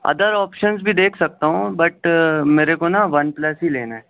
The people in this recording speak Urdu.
ادر آپشنس بھی دیکھ سکتا ہوں بٹ میرے کو نا ون پلس ہی لینا ہے